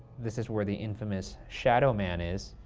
this is where the infamous shadow man is.